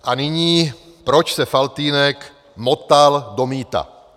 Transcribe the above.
A nyní, proč se Faltýnek motal do mýta.